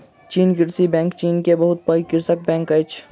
चीन कृषि बैंक चीन के बहुत पैघ कृषि बैंक अछि